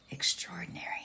Extraordinary